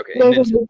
Okay